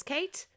Kate